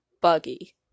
buggy